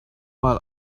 mal